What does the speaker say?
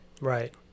right